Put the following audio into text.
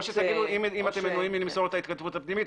או שאם אתם לא מעוניינים למסור את ההתכתבות הפנימית,